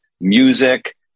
music